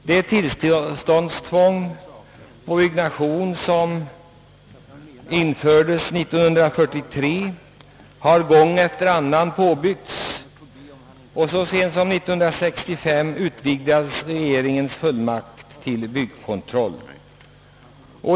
Det tillståndstvång för byggnadsarbete som infördes 1943 har gång efter annan påbyggts, och så sent som 1965 utvidgades regeringens fullmakt till byggkontroll.